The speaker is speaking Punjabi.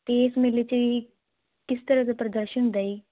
ਤੇ ਇਸ ਮੇਲੇ ਚ ਕਿਸ ਤਰ੍ਹਾਂ ਦੇ ਪ੍ਰਸ਼ਨ ਦੇ